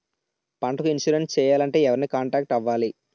పంటకు ఇన్సురెన్స్ చేయాలంటే ఎవరిని కాంటాక్ట్ అవ్వాలి?